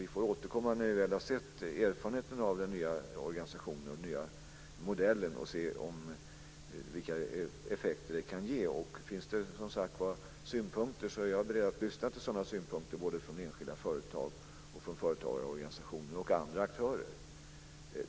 Vi får återkomma när vi har sett erfarenheterna av den nya organisationen och den nya modellen och se vilka effekter detta kan ge. Finns det synpunkter så är jag beredd att lyssna till dem både från enskilda företag, från företagarorganisationer och från andra aktörer.